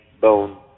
bone